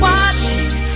Watching